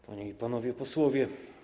Panie i Panowie Posłowie!